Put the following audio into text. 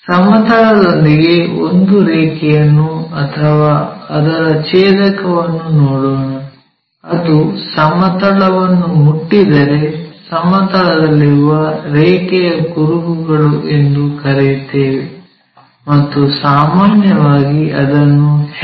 ಸಮತಲದೊಂದಿಗೆ ಒಂದು ರೇಖೆಯನ್ನು ಅಥವಾ ಅದರ ಛೇದಕವನ್ನು ನೋಡೋಣ ಅದು ಸಮತಲವನ್ನು ಮುಟ್ಟಿದರೆ ಸಮತಲದಲ್ಲಿರುವ ರೇಖೆಯ ಕುರುಹುಗಳು ಎಂದು ಕರೆಯುತ್ತೇವೆ ಮತ್ತು ಸಾಮಾನ್ಯವಾಗಿ ಅದನ್ನು ಎಚ್